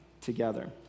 together